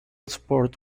sport